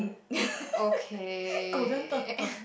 golden turtle